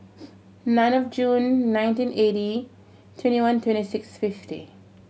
nine of June nineteen eighty twenty one twenty six fifty